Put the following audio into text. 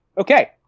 Okay